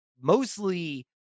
mostly